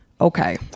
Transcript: Okay